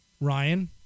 Ryan